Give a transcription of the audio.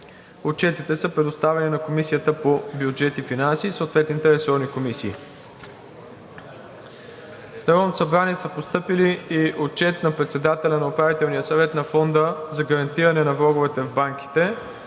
Отчетите са предоставени на Комисията по бюджет и финанси и съответните ресорни комисии. В Народното събрание са постъпили: Отчет на председателя на Управителния съвет на Фонда за гарантиране на влоговете в банките